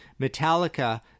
metallica